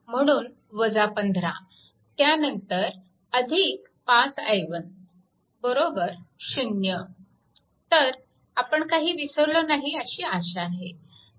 म्हणून 15 त्यानंतर 5 i1 0 तर आपण काही विसरलो नाही अशी आशा आहे